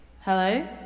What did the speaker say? Hello